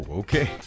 okay